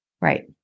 Right